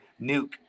nuke